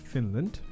Finland